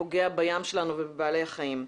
פוגע בים שלנו ובבעלי החיים.